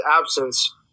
absence